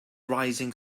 rising